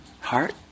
heart